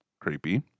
Creepy